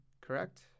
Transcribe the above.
Correct